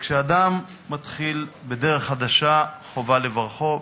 וכשאדם מתחיל בדרך חדשה חובה לברכו,